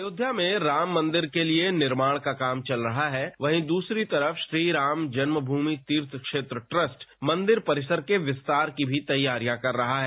अयोध्या में राम मंदिर के लिए निर्माण का काम चल रहा है वहीं दूसरी तरफ श्री राम जन्मभूमि तीर्थ क्षेत्र ट्रस्ट मंदिर परिसर के विस्तार की भी तैयारियां कर रहा है